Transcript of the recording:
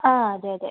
അ അതെ അതെ